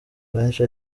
benshi